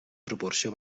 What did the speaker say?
proporció